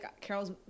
carol's